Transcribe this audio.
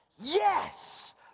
Yes